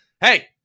Hey